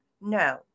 No